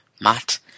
Matt